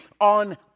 on